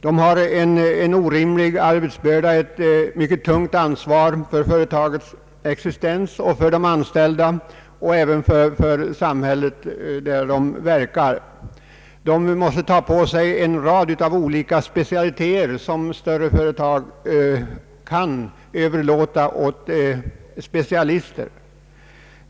De har en orimlig arbetsbörda och ett mycket tungt ansvar för företagets existens och för de anställda och även för det samhälle där de verkar. De måste ta på sig en rad olika uppgifter som större företag kan överlåta åt specialister.